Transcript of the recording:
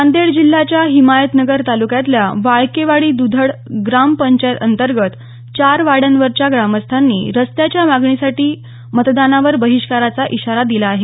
नांदेड जिल्ह्याच्या हिमायतनगर तालुक्यातल्या वाळकेवाडी द्धड ग्रामपंचायतअंतर्गत चार वाड्यांवरच्या ग्रामस्थांनी रस्त्याच्या मागणीसाठी मतदानावर बहिष्काराचा इशारा दिला आहे